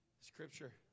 Scripture